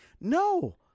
no